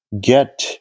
get